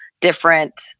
different